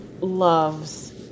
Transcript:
loves